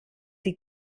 die